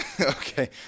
Okay